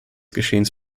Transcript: geschehens